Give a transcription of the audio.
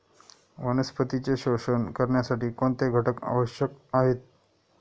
वनस्पतींचे पोषण करण्यासाठी कोणते घटक आवश्यक आहेत?